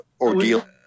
ordeal